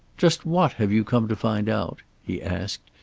just what have you come to find out? he asked,